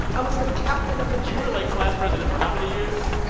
i was the captain of the. you were, like, class president for how many years?